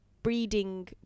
breeding